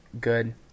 good